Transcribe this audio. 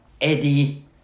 Eddie